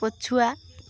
ପଛୁଆ